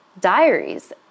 diaries